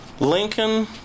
Lincoln